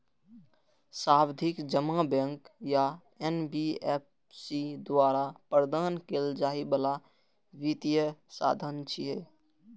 सावधि जमा बैंक या एन.बी.एफ.सी द्वारा प्रदान कैल जाइ बला वित्तीय साधन छियै